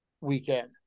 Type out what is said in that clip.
weekend